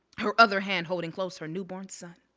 her other hand holding close her newborn son.